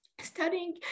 Studying